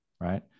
right